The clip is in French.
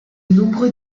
nombreux